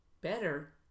better